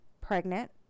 pregnant